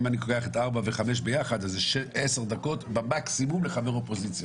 אם אני לוקח את 4 ו-5 ביחד אז זה עשר דקות במקסימום לחבר אופוזיציה.